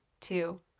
two